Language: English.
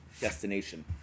destination